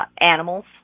animals